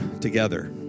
together